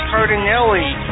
Cardinelli